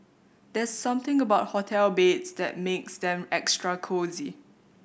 there's something about hotel beds that makes them extra cosy